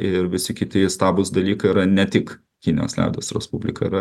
ir visi kiti įstabūs dalykai yra ne tik kinijos liaudies respublika yra